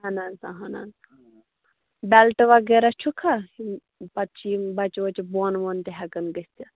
اَہَن حظ اَہَن حظ بیلٹہٕ وغیرہ چھُکھا یِم پَتہٕ چھِ یِم بَچہِ وچہِ بۄن وۄن تہِ ہٮ۪کَان گٔژھِتھ